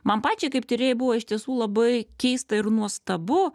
man pačiai kaip tyrėjai buvo iš tiesų labai keista ir nuostabu